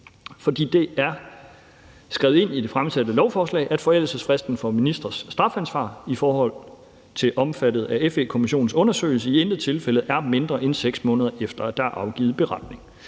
for det er skrevet ind i det fremsatte lovforslag, at: »forældelsesfristen for ministres strafansvar for forhold omfattet af undersøgelseskommissionens undersøgelse i intet tilfælde er mindre end 6 måneder efter,« at der er afgivet en beretning.